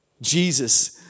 Jesus